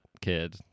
kid